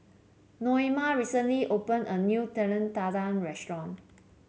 Naoma recently open a new Telur Dadah Restaurant